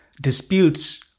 disputes